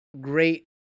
great